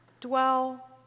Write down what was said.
dwell